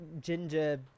ginger